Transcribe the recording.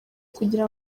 kugira